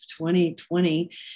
2020